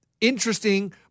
interesting